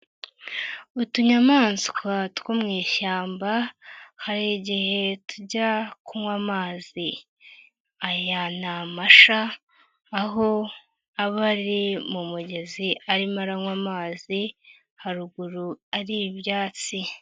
Utunyamaswa two mu ishyamba hari igihe tujya kunywa amazi, aya ni amasha aho aba ari mu mugezi arimo aranywa amazi haruguru ari ibyatsi.